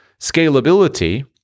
scalability